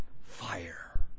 fire